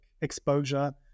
exposure